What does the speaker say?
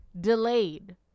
delayed